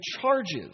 charges